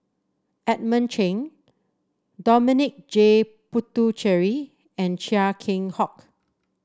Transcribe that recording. Edmund Cheng Dominic J Puthucheary and Chia Keng Hock